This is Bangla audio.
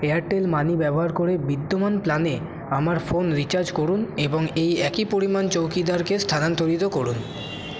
এয়ারটেল মানি ব্যবহার করে বিদ্যমান প্ল্যানে আমার ফোন রিচার্জ করুন এবং এই একই পরিমাণ চৌকিদারকে স্থানান্তরিত করুন